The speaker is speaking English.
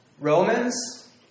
Romans